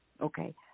Okay